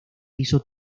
hizo